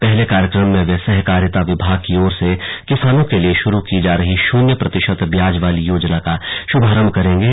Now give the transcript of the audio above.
पहले कार्यक्रम में वे सहकारिता विभाग की ओर से किसानों के लिए शुरु की जा रही शून्य प्रतिशत ब्याज वाली योजना का शुभारंभ करेंगे